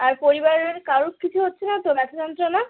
আর পরিবারের কারোর কিছু হচ্ছে না তো ব্যথা যন্ত্রণা